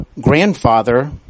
grandfather